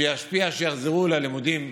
שישפיע שיחזרו ללימודים.